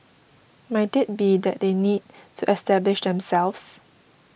might it be that they need to establish themselves